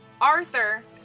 Arthur